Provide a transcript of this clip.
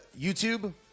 YouTube